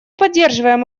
поддерживаем